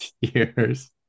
years